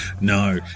No